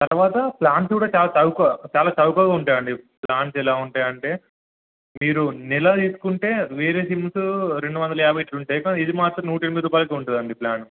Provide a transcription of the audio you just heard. తర్వాత ప్లాన్స్ కూడా చాలా చౌక చాలా చౌకగా ఉంటాయండి ప్లాన్స్ ఎలా ఉంటాయ అంటే మీరు నెలా తీసుకుంటే వేరే సిమ్తో రెండు వందలు యాభై ఇట్లు ఉంటాయి డేటా ఇది మాత్రం నూట ఎనిమిది రూపాయలకి ఉంటుందండి ప్లాన్